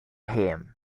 him